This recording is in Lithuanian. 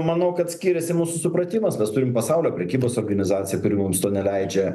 manau kad skiriasi mūsų supratimas mes turim pasaulio prekybos organizaciją kuri mums to neleidžia